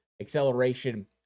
acceleration